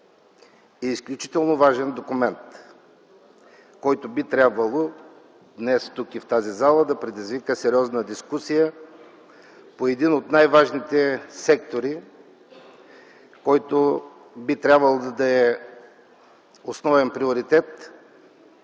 е изключително важен документ, който би трябвало днес тук, в тази зала да предизвика сериозна дискусия по един от най-важните сектори, който би трябвало да е основен приоритет